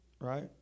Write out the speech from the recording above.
Right